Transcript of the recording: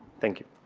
thank you.